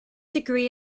degree